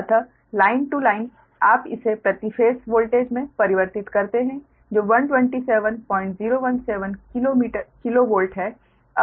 अतः line to line आप इसे प्रति फेस वोल्टेज में परिवर्तित करते हैं जो 127017 किलो वोल्ट है